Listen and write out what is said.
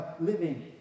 living